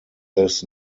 this